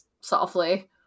softly